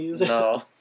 No